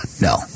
No